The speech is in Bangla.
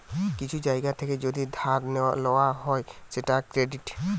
কিছু জায়গা থেকে যদি ধার লওয়া হয় সেটা ক্রেডিট